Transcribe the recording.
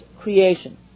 creation